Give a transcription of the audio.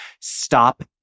stop